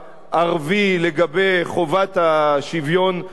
לגבי חובת השוויון בנטל.